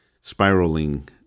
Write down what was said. spiraling